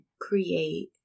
create